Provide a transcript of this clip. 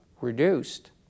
reduced